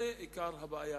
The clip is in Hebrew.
זה עיקר הבעיה.